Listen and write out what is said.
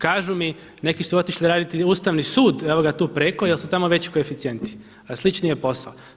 Kažu mi neki su otišli raditi u Ustavni sud, evo ga tu preko jer su tamo veći koeficijenti a slični je posao.